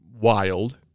wild